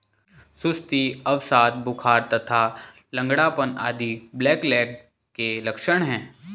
सुस्ती, अवसाद, बुखार तथा लंगड़ापन आदि ब्लैकलेग के लक्षण हैं